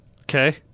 Okay